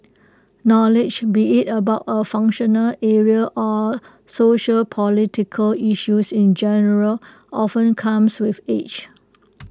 knowledge be IT about A functional area or sociopolitical issues in general often comes with age